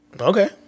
Okay